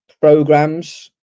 programs